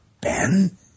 Ben